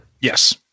Yes